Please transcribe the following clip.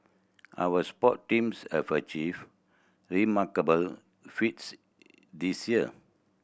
our sport teams have achieved remarkable feats this year